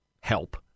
help